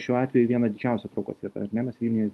šiuo atveju viena didžiausia traukos vieta ar ne mes vilniuje